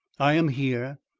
i am here.